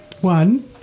one